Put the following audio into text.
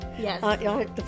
Yes